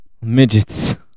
Midgets